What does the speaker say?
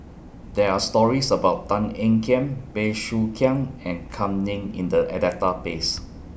There Are stories about Tan Ean Kiam Bey Soo Khiang and Kam Ning in The Database